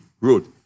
road